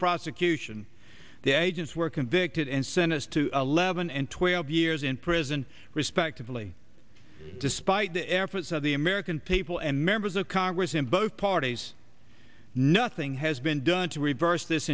prosecution the agents were convicted and sentenced to eleven and twelve years in prison respectively despite the efforts of the american people and members of congress in both parties nothing has been done to reverse this